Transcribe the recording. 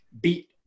beat